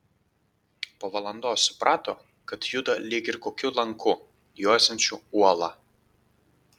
po valandos suprato kad juda lyg ir kokiu lanku juosiančiu uolą